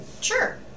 Sure